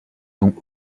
dont